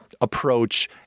approach